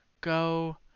go